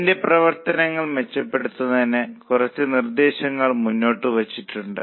അതിന്റെ പ്രവർത്തനങ്ങൾ മെച്ചപ്പെടുത്തുന്നതിന് കുറച്ച് നിർദ്ദേശങ്ങൾ മുന്നോട്ട് വച്ചിട്ടുണ്ട്